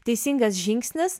teisingas žingsnis